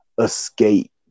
escape